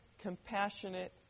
compassionate